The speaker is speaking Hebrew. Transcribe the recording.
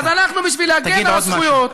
תגיד עוד משהו.